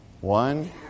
One